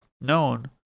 known